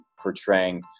portraying